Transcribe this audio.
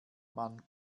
man